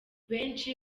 benshi